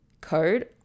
code